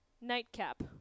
nightcap